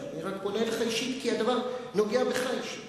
אני רק פונה אליך אישית כי הדבר נוגע בך אישית.